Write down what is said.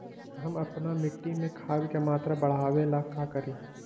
हम अपना मिट्टी में खाद के मात्रा बढ़ा वे ला का करी?